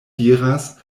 diras